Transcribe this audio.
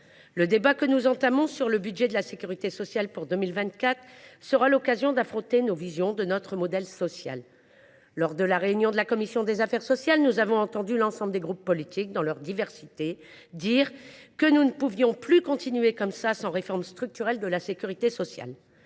Le débat que nous entamons sur le budget de la sécurité sociale pour 2024 sera l’occasion de confronter nos visions de notre modèle social. Lors de la réunion de la commission des affaires sociales, l’ensemble des groupes politiques, dans leur diversité, ont indiqué qu’il était impossible de continuer ainsi, sans réforme structurelle de la sécurité sociale.